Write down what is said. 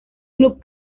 club